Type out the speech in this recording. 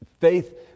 faith